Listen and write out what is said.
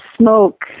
smoke